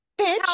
bitch